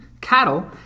cattle